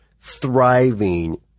thriving